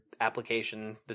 application